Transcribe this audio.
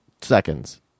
seconds